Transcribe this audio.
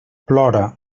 plora